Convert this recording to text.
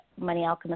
moneyalchemist